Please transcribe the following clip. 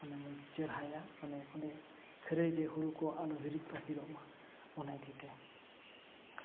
ᱚᱸᱰᱮ ᱵᱚ ᱪᱮᱦᱨᱟᱭᱟ ᱵᱚᱞᱮ ᱠᱷᱟᱹᱨᱟᱹᱭ ᱨᱮ ᱦᱳᱲᱳ ᱠᱚ ᱟᱞᱚ ᱦᱤᱨᱤᱡ ᱯᱟᱹᱥᱤᱨᱚᱜ ᱢᱟ ᱚᱱᱟ ᱤᱫᱤ ᱛᱮ